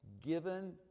given